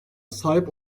sahip